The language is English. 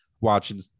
Watching